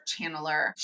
channeler